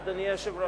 אדוני היושב-ראש,